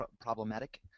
problematic